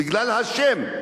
בגלל השם.